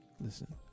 Listen